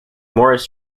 morris